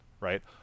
right